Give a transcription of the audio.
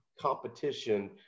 competition